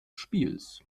spiels